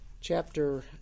Chapter